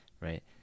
right